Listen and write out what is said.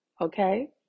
okay